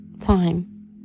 time